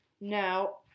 Now